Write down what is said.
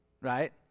right